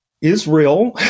Israel